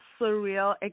surreal